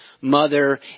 mother